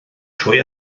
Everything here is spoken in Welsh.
trwy